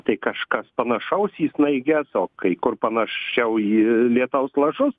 tai kažkas panašaus į snaiges o kai kur panašiau į lietaus lašus